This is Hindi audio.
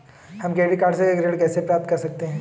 हम क्रेडिट कार्ड से ऋण कैसे प्राप्त कर सकते हैं?